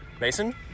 Mason